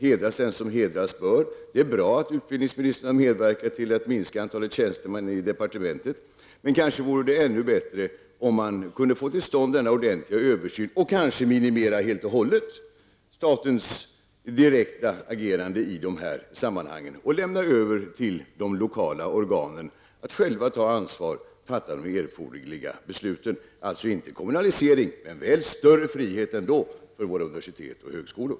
Hedras den som hedras bör -- det är bra att utbildningsministern har medverkat till att minska antalet tjänstemän i departementet, men kanske vore det ännu bättre om man kunde få till stånd en ordentlig översyn och kanske helt och hållet eliminera statens direkta agerande i de här sammanhangen och överlåta åt de lokala organen att själva ta ansvar och fatta de erforderliga besluten. -- Alltså inte en kommunalisering men väl en ännu större frihet för våra universitet och högskolor!